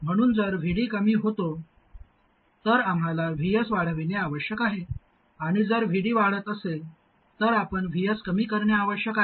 म्हणून जर VD कमी होते तर आम्हाला Vs वाढविणे आवश्यक आहे आणि जर VD वाढत असेल तर आपण Vs कमी करणे आवश्यक आहे